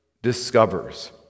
discovers